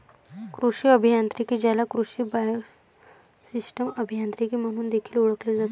कृषी अभियांत्रिकी, ज्याला कृषी आणि बायोसिस्टम अभियांत्रिकी म्हणून देखील ओळखले जाते